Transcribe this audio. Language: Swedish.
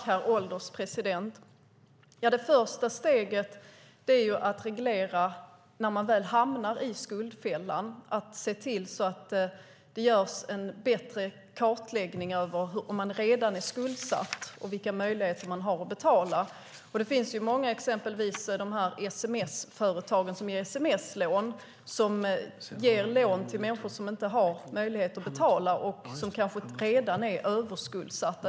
Herr ålderspresident! Ja, det första steget är att reglera systemet när det gäller dem som hamnar i skuldfällan, att se till att det görs en bättre kartläggning av redan skuldsatta och vilka möjligheter man har att betala. Det finns exempelvis företag som ger sms-lån till människor som inte har möjlighet att betala och som kanske redan är överskuldsatta.